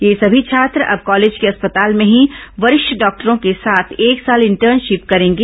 ये सभी छात्र अब कॉलेज के अस्पताल में ही वरिष्ठ डॉक्टरों के साथ एक साल इंटर्नशिप करेंगे